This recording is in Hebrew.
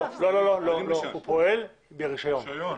הוא פועל ברישיון.